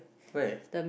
where